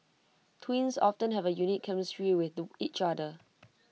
twins often have A unique chemistry with each other